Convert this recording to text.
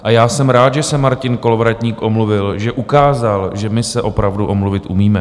A já jsem rád, že se Martin Kolovratník omluvil, že ukázal, že my se opravdu omluvit umíme.